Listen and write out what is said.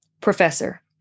professor